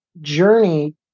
journey